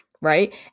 right